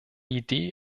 idee